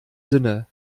sinne